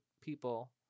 people